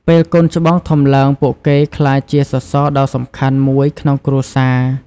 ពេលកូនច្បងធំឡើង ពួកគេក្លាយជាសសរដ៏សំខាន់មួយក្នុងគ្រួសារ។